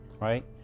right